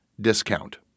discount